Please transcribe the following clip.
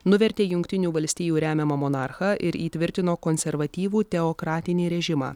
nuvertė jungtinių valstijų remiamą monarchą ir įtvirtino konservatyvų teokratinį režimą